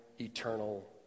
eternal